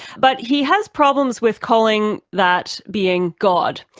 but he has problems with calling that being god.